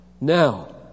Now